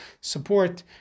support